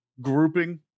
grouping